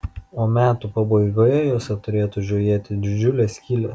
o metų pabaigoje juose turėtų žiojėti didžiulės skylės